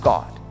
God